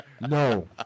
No